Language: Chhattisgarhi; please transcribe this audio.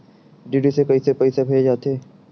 डी.डी से कइसे पईसा भेजे जाथे?